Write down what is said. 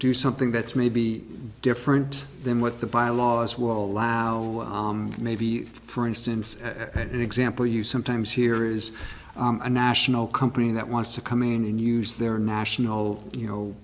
do something that's maybe different than what the bylaws will allow maybe for instance at an example you sometimes hear is a national company that wants to come in and use their national you know